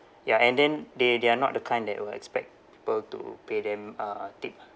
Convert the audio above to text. ya and then they they are not the kind that will expect people to pay them uh tip ah